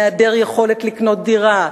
מהיעדר יכולת לקנות דירה,